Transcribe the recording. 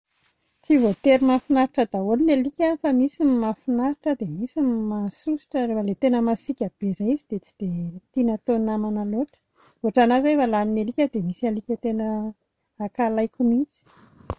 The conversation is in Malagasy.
Tsy voatery ho mahafinaritra daholo ny alika fa misy ny mahafinaritra ary ny misy ny mahasosotra, raha vao ilay tena masiaka be ireny tsy dia tiana hatao namana loatra, ohatranà izao efa lanin'ny alika dia misy alika tena ankahalaiko mihintsy.